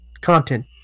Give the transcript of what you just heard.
content